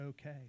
okay